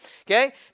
Okay